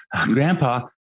Grandpa